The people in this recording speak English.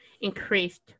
increased